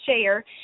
share